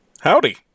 Howdy